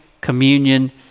communion